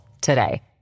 today